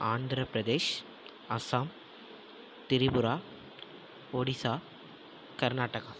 Andhra Pradesh Assam Tripura Odisha Karnataka